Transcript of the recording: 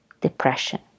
Depression